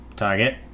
Target